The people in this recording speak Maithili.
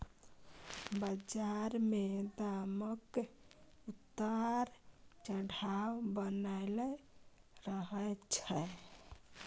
बजार मे दामक उतार चढ़ाव बनलै रहय छै